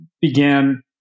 began